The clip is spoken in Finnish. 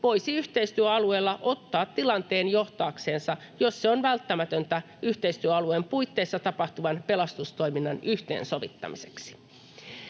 voisi yhteistyöalueella ottaa tilanteen johtaakseen, jos se on välttämätöntä yhteistyöalueen puitteissa tapahtuvan pelastustoiminnan yhteensovittamiseksi.